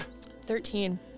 Thirteen